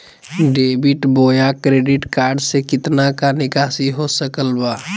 Debit बोया credit card से कितना का निकासी हो सकल बा?